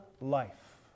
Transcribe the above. life